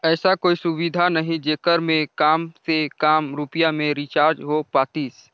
ऐसा कोई सुविधा नहीं जेकर मे काम से काम रुपिया मे रिचार्ज हो पातीस?